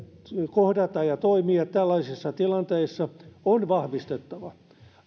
kohdata ja toimia tällaisissa tilanteissa on vahvistettava